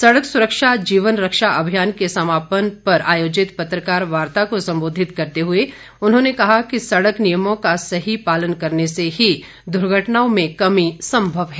सड़क सुरक्षा जीवन रक्षा अभियान के समापन पर आयोजित पत्रकार वार्ता को संबोधित करते हुए उन्होंने कहा कि सड़क नियमों का सही पालन करने से ही दुर्घटनाओं में कमी संभव है